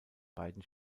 beiden